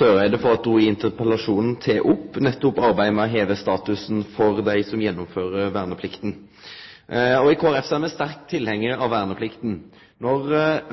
Søreide for at ho i interpellasjonen tek opp nettopp arbeidet med å heve statusen for dei som gjennomfører verneplikta. I Kristeleg Folkeparti er me sterke tilhengjarar av verneplikta. Når